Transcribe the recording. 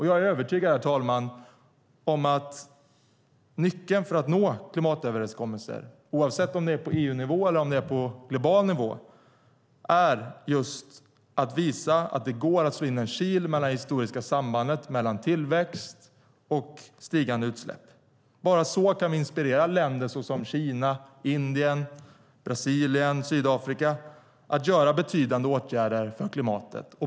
Jag är övertygad, herr talman, om att nyckeln för att nå klimatöverenskommelser, oavsett om det är på EU-nivå eller på global nivå, är just att visa att det går att slå in en kil i det historiska sambandet mellan tillväxt och stigande utsläpp. Bara så kan vi inspirera länder som Kina, Indien, Brasilien och Sydafrika att göra betydande åtgärder för klimatet.